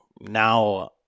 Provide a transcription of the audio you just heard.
now